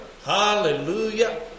Hallelujah